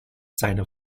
seine